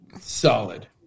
solid